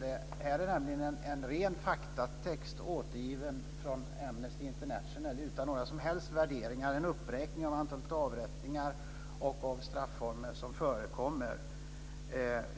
Detta är nämligen en ren faktatext återgiven från Amnesty International utan några som helst värderingar, en uppräkning av antalet avrättningar och av strafformer som förekommer.